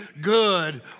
good